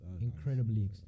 incredibly